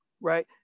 right